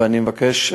ואני מבקש,